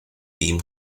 beam